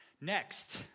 Next